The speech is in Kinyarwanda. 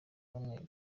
n’umweru